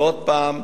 ועוד פעם,